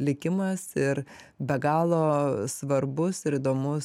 likimas ir be galo svarbus ir įdomus